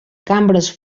cambres